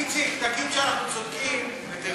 איציק, תגיד שאנחנו צודקים ותרד,